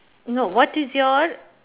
no what is your